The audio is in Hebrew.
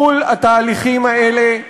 מול התהליכים האלה,